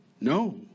No